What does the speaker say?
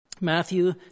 Matthew